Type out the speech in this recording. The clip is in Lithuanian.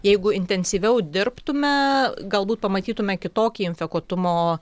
jeigu intensyviau dirbtume galbūt pamatytume kitokį infekuotumo